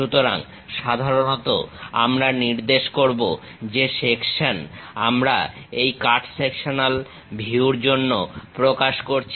সুতরাং সাধারণত আমরা নির্দেশ করবো যে সেকশন আমরা এই কাট সেকশনাল ভিউর জন্য প্রকাশ করছি